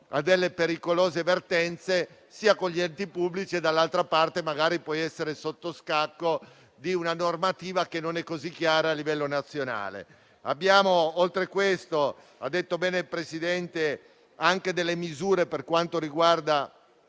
a delle pericolose vertenze con gli enti pubblici e, dall'altra parte, senza essere sotto scacco di una normativa che non è così chiara a livello nazionale. Oltre a questo, abbiamo previsto anche delle misure per quanto riguarda